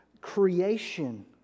creation